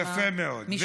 יפה מאוד.